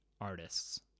artists